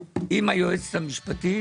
עם היועצת המשפטית,